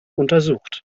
untersucht